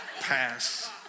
Pass